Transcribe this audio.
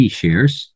shares